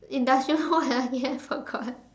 industrial what again I forgot